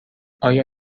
آیا